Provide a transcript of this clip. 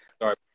Sorry